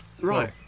right